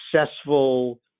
successful